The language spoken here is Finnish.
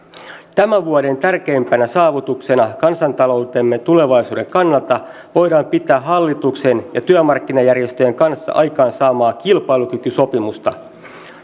tämän vuoden tärkeimpänä saavutuksena kansantaloutemme tulevaisuuden kannalta voidaan pitää hallituksen ja työmarkkinajärjestöjen aikaansaamaa kilpailukykysopimusta